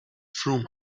through